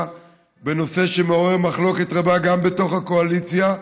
בנושא שמעורר מחלוקת רבה גם בתוך הקואליציה,